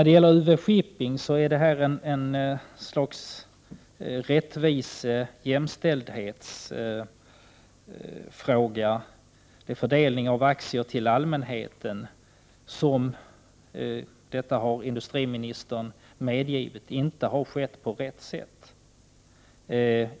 Det ärende som gäller UV-Shippings fördelning av aktier till allmänheten är en slags rättviseeller jämställdhetsfråga. Industriministern har medgivit att denna fördelning inte har skett på rätt sätt.